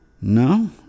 No